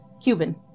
Cuban